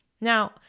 Now